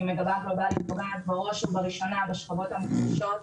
פוגעת בראש ובראשונה בשכבות המוחלשות,